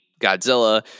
Godzilla